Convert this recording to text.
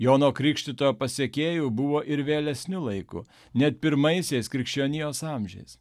jono krikštytojo pasekėjų buvo ir vėlesniu laiku net pirmaisiais krikščionijos amžiais